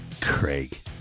Craig